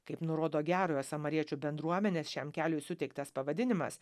kaip nurodo gerojo samariečio bendruomenės šiam keliui suteiktas pavadinimas